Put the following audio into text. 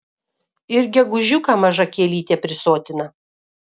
ir gegužiuką maža kielytė prisotina